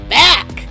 back